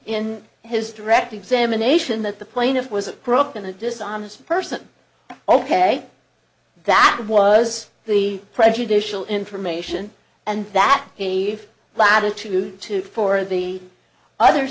in his direct examination that the plaintiff was corrupt in a dishonest person ok that was the prejudicial information and that gave latitude to for the other